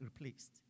replaced